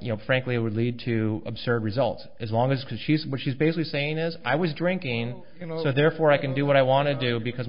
you know frankly it would lead to absurd results as long as because she's what she's basically saying is i was drinking you know therefore i can do what i want to do because